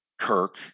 Kirk